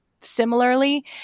similarly